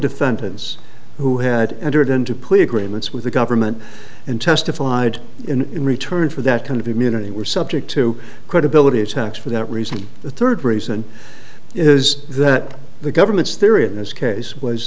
defendants who had entered into plea agreements with the government and testified in return for that kind of immunity were subject to credibility attacks for that reason the third reason is that the government's theory of this case was